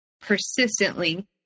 persistently